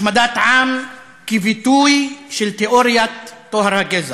השמדת עם כביטוי של תיאוריית טוהר הגזע.